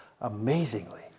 Amazingly